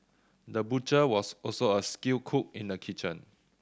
the butcher was also a skilled cook in the kitchen